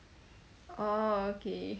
orh okay